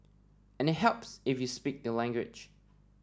and it helps if you speak the language